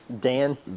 Dan